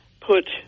put